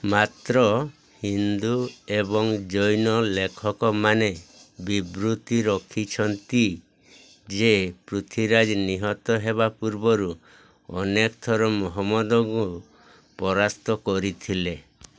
ମାତ୍ର ହିନ୍ଦୁ ଏବଂ ଜୈନ ଲେଖକମାନେ ବିବୃତି ରଖିଛନ୍ତି ଯେ ପୃଥ୍ୱୀରାଜ ନିହତ ହେବା ପୂର୍ବରୁ ଅନେକ ଥର ମହମ୍ମଦଙ୍କୁ ପରାସ୍ତ କରିଥିଲେ